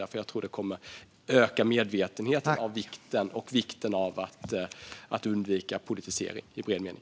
Jag tror att det kommer att öka medvetenheten om och vikten av att undvika politisering i bred mening.